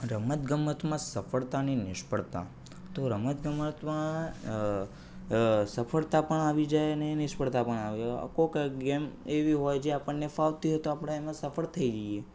રમતગમતમાં સફળતા ને નિષ્ફળતા તો રમતગમતમાં સફળતા પણ આવી જાય અને નિષ્ફળતા પણ આવે એવા કોઈક ગેમ એવી હોય જે આપણને ફાવતી હોય તો આપણે એમાં સફળ થઈ જઈએ